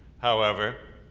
however,